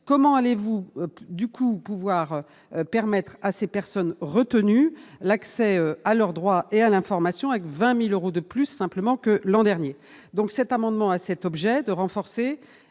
comment allez-vous, du coup, pouvoir permettre à ces personnes retenues l'accès à leurs droits et à l'information, avec 20000 euros de plus simplement que l'an dernier, donc cet amendement à cet objet de renforcer